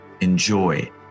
enjoy